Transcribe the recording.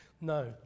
No